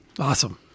Awesome